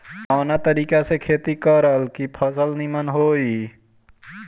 कवना तरीका से खेती करल की फसल नीमन होई?